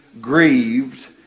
grieved